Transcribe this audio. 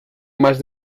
más